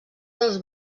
dels